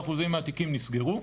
97% מהתיקים נסגרו.